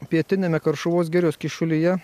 pietiniame karšuvos girios kyšulyje